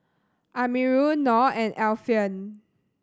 Amirul Noh and Alfian